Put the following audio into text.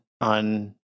on